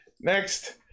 Next